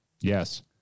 Yes